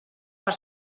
per